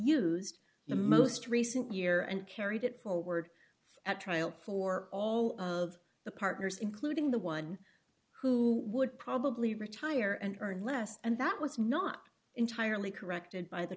used the most recent year and carried it forward at trial for all of the partners including the one who would probably retire and earn less and that was not entirely corrected by the